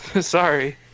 sorry